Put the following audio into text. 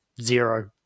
zero